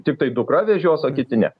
tiktai dukra vežios o kiti ne